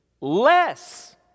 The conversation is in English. less